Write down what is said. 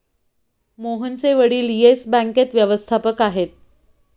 मोहनचे वडील येस बँकेत व्यवस्थापक आहेत